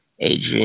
Adrian